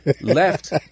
left